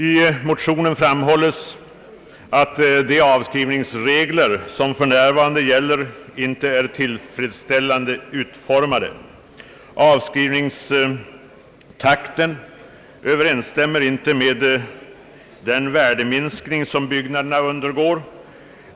I motionerna framhålls att de avskrivningsregler som för närvarande gäller inte är tillfredsställande utformade. Avskrivningstakten överensstämmer inte med den värdeminskning som byggnaderna undergår.